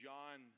John